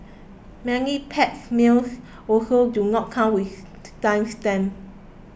many packed meals also do not come with time stamps